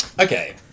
Okay